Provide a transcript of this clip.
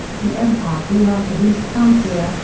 the empire grew out of east francia,